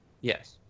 Yes